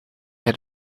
had